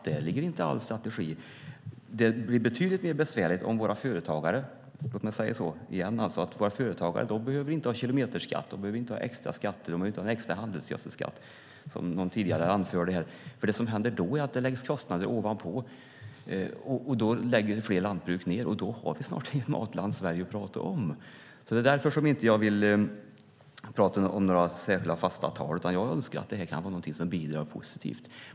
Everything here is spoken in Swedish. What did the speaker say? Där ligger inte all strategi. Våra företagare behöver inte ha kilometerskatt, de behöver inte ha extra skatter, och de behöver inte ha någon extra handelsgödselskatt, som någon anförde tidigare. Vad som händer då är att det läggs kostnader ovanpå. Då läggs fler lantbruk ned, och då har vi snart inget matland Sverige att prata om Därför vill jag inte ha några särskilda, fasta siffror, utan jag vill att detta ska vara något som bidrar positivt.